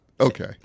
Okay